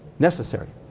necessary,